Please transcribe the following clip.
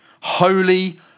holy